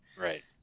Right